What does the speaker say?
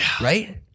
right